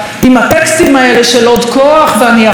עם הטקסטים האלה של "עוד כוח" ו"אני יכול"